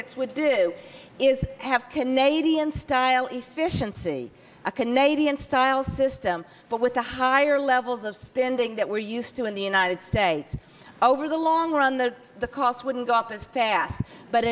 six would do is have canadian style efficiency a canadian style system but with the higher levels of spending that we're used to in the united states over the long run the the costs wouldn't go up as fast but